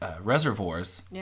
reservoirs